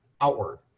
outward